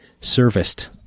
serviced